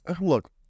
look